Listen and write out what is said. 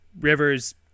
River's